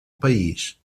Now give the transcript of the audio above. país